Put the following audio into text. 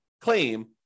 claim